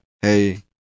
hey